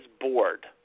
bored